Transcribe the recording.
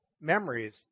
memories